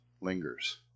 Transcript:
lingers